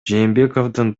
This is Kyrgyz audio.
жээнбековдун